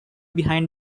behind